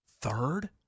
Third